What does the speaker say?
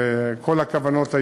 וכל הכוונות היו,